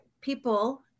people